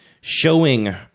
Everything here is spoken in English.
showing